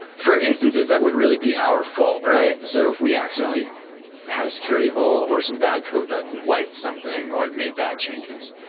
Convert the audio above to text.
for instances, that would really be our fault, right? so if we accidentally had a security hole or some bad code that wiped something or it made bad changes.